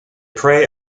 prey